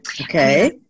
Okay